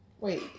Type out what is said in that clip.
Wait